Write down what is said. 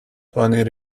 tony